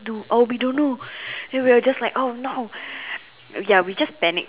do oh we don't know and we're just like oh no ya we just panic